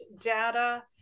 data